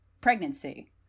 pregnancy